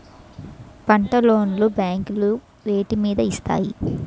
పంట లోన్ లు బ్యాంకులు వేటి మీద ఇస్తాయి?